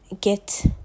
get